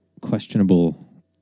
questionable